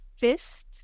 fist